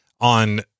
on